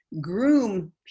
groom